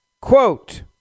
Quote